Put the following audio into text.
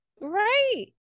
Right